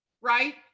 right